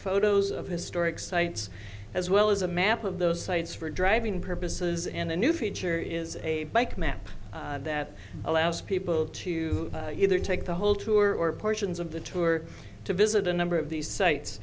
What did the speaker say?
photos of historic sites as well as a map of those sites for driving purposes and a new feature is a bike map that allows people to either take the whole tour or portions of the tour to visit a number of these